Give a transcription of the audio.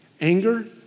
Anger